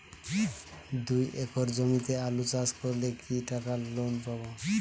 দুই একর জমিতে আলু চাষ করলে কি টাকা লোন পাবো?